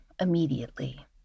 immediately